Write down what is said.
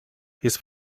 his